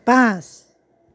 পাঁচ